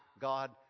God